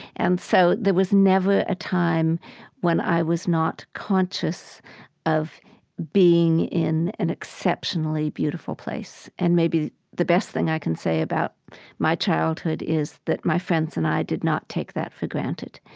and so there was never a time when i was not conscious of being in an exceptionally beautiful place, and maybe the best thing i can say about my childhood is that my friends and i did not take that for granted.